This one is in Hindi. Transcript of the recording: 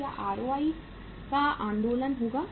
तो क्या ROI का आंदोलन होगा